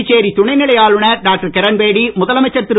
புதுச்சேரி துணைநிலை ஆளுநர் டாக்டர் கிரண்பேடி முதலமைச்சர் திரு